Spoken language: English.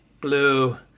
Blue